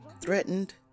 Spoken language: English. threatened